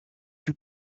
plus